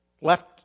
Left